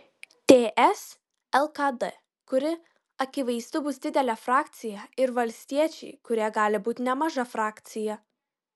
ts lkd kuri akivaizdu bus didelė frakcija ir valstiečiai kurie gali būti nemaža frakcija